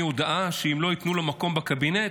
הודעה שאם לא ייתנו לו מקום בקבינט,